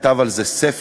כתב על זה ספר,